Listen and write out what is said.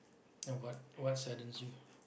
and what what saddens you